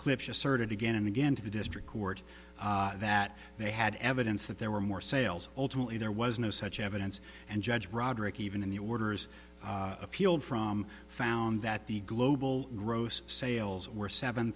asserted again and again to the district court that they had evidence that there were more sales ultimately there was no such evidence and judge broderick even in the orders appealed from found that the global gross sales were seven